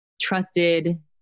trusted